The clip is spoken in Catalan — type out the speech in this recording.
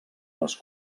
les